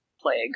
plague